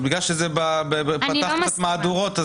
-- אבל בגלל שזה פתח קצת מהדורות,